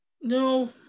No